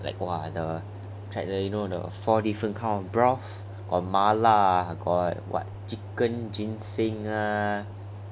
like !wah! the track leh you know got four different kind of broth got 麻辣 and you know the what chicken ginseng lah